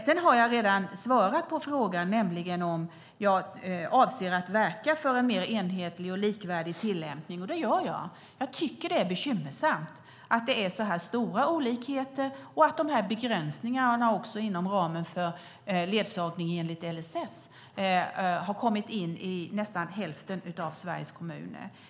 Jag har redan svarat på frågan om jag avser att verka för en mer enhetlig och likvärdig tillämpning. Det gör jag. Jag tycker att det är bekymmersamt att det är så stora olikheter och att begränsningarna för ledsagning enligt LSS har kommit in i nästan hälften av Sveriges kommuner.